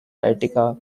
attica